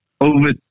over